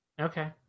Okay